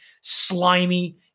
slimy